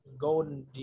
golden